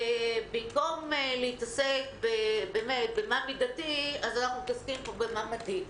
במקום להתעסק בשאלה מה מידתי אנחנו מתעסקים פה בשאלה מה מדיד.